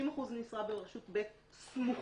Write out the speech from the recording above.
50% משרה ברשות ב' סמוכה.